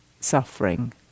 suffering